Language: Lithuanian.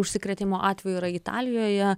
užsikrėtimo atvejų yra italijoje